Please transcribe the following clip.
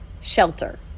Shelter